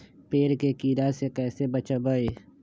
पेड़ के कीड़ा से कैसे बचबई?